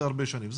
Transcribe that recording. זה הרבה שנים.